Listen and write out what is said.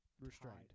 restrained